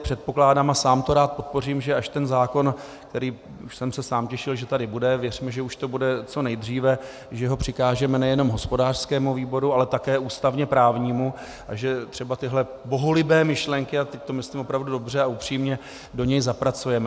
Předpokládám a sám to rád podpořím, že až ten zákon, který jsem se sám těšil, že tady bude, věřme, že už to bude co nejdříve, že ho přikážeme nejen hospodářskému výboru, ale také ústavněprávnímu a že třeba tyhle bohulibé myšlenky, a teď to myslím opravdu dobře a upřímně, do něj zapracujeme.